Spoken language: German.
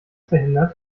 verhindert